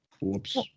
whoops